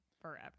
forever